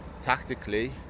tactically